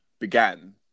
began